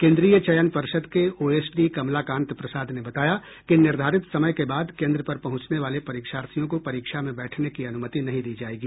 केन्द्रीय चयन पर्षद के ओएसडी कमलाकांत प्रसाद ने बताया कि निर्धारित समय के बाद केन्द्र पर पहुंचने वाले परीक्षार्थियों को परीक्षा में बैठने की अनुमति नहीं दी जायेगी